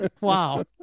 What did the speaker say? Wow